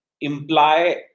imply